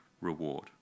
reward